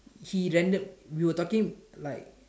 he landed we were talking like